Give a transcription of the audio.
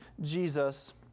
Jesus